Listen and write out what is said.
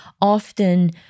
often